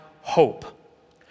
hope